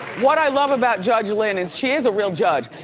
what i love about judge lynn is she is a real judge.